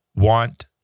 want